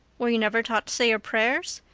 were you never taught to say your prayers?